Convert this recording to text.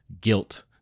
guilt